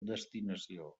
destinació